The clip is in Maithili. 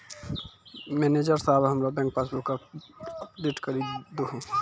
मनैजर साहेब हमरो बैंक पासबुक अपडेट करि दहो